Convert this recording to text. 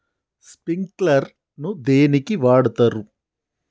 Sprinkler ను దేనికి వాడుతరు?